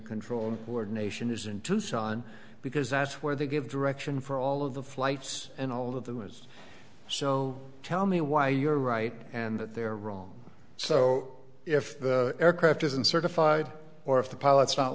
control ordination is in tucson because that's where they give direction for all of the flights and all of them was so tell me why you're right and they're wrong so if the aircraft isn't certified or if the pilot's not